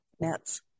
nets